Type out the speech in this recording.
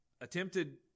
attempted